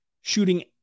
shooting